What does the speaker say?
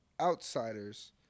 outsiders